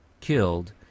killed